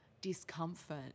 discomfort